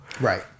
Right